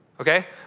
okay